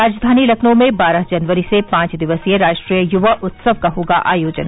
राजधानी लखनऊ में बारह जनवरी से पांच दिवसीय राष्ट्रीय युवा उत्सव का होगा आयोजन